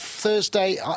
Thursday